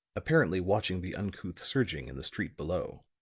apparently watching the uncouth surging in the street below.